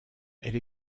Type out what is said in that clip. elle